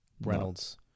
Reynolds